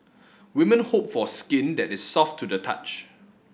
women hope for skin that is soft to the touch